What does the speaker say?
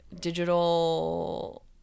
digital